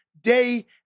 day